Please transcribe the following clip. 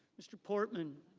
mr. portman.